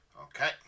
Okay